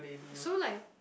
so like